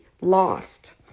lost